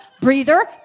breather